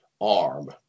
arm